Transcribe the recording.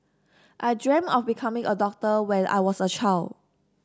I dream of becoming a doctor when I was a child